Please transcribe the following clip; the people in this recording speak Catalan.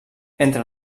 entre